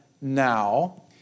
now